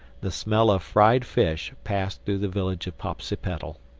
the smell of fried fish passed through the village of popsipetel.